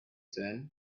said